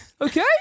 Okay